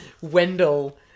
Wendell